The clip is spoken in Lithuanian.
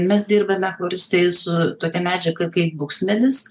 mes dirbame floristai su tokia medžiaga kaip buksmedis